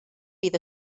fydd